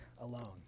alone